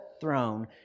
throne